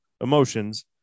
emotions